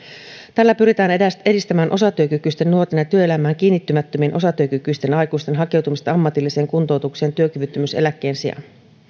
tällä pyritään edistämään osatyökykyisten nuorten ja työelämään kiinnittymättömien osatyökykyisten aikuisten hakeutumista ammatilliseen kuntoutukseen työkyvyttömyyseläkkeen sijaan